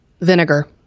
Vinegar